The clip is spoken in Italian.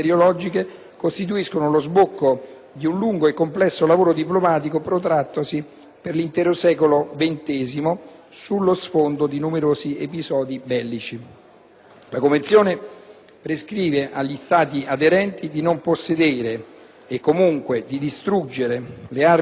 sullo sfondo di numerosi episodi bellici. La Convenzione prescrive agli Stati aderenti di non possedere e, comunque, di distruggere le armi chimiche in loro possesso e che ciascuno Stato è responsabile di tutte le attività riguardanti l'attuazione della Convenzione